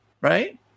right